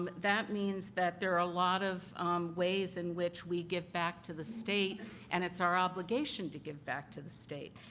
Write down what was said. um that means that there are a lot of ways in which we give back to the state and it's our obligation to give back to the state.